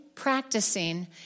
practicing